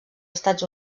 estats